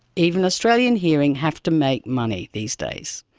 even australian hearing have to make money these days.